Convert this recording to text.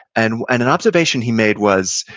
and and an observation he made was,